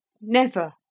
Never